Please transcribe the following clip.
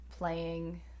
playing